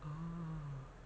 oh